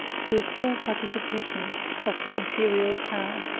to full participation of the imperial power.